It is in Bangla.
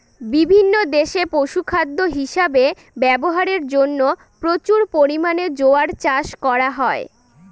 বিভিন্ন দেশে পশুখাদ্য হিসাবে ব্যবহারের জন্য প্রচুর পরিমাণে জোয়ার চাষ করা হয়